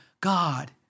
God